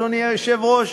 אדוני היושב-ראש?